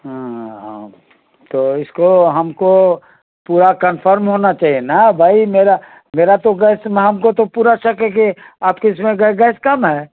ہاں ہاں بھائی تو اس کو ہم کو پورا کنفرم ہونا چاہیے نا بھئی میرا میرا تو گیس ہم کو تو پورا شک ہے کہ آپ کے اس میں گیس کم ہے